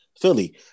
Philly